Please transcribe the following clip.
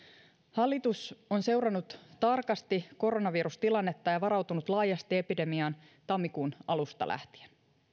hallitus on seurannut tarkasti koronavirustilannetta ja varautunut laajasti epidemiaan tammikuun alusta lähtien